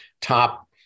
top